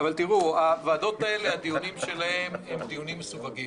הדיונים של הוועדות האלה הם דיונים מסווגים,